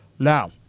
Now